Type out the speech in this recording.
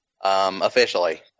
officially